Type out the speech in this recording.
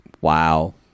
Wow